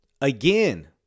again